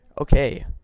Okay